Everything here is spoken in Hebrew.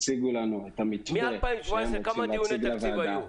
משרד הבריאות יציג לנו את המתווה שהם רוצים להציג לוועדה,